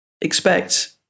expect